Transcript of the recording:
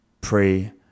pray